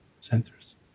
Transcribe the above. centers